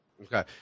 Okay